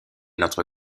notre